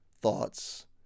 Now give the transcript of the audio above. thoughts